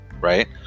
right